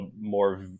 more